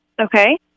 Okay